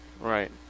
Right